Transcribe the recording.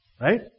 Right